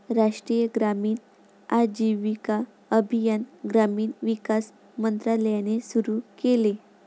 राष्ट्रीय ग्रामीण आजीविका अभियान ग्रामीण विकास मंत्रालयाने सुरू केले